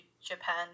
Japan